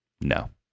no